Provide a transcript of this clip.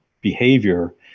behavior